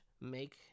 make